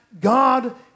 God